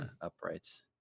uprights